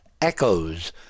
Echoes